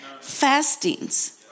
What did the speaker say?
Fasting's